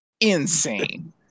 insane